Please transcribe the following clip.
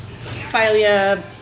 failure